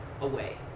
Away